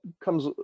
comes